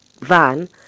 van